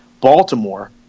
Baltimore